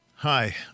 Hi